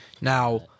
Now